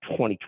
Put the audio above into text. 2020